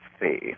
see